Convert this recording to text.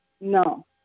No